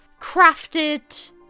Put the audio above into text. crafted